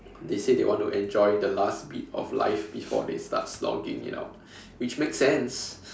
they say they want to enjoy the last bit of life before they start slogging it out which makes sense